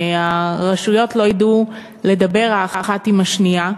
הרשויות לא יֵדעו לדבר האחת עם השנייה.